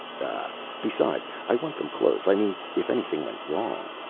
ah, besides, i want them close. i mean if anything went wrong.